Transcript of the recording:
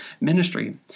ministry